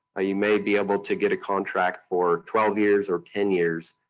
you may be able to get a contract for twelve years or ten years.